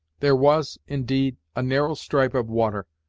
there was, indeed, a narrow stripe of water,